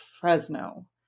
Fresno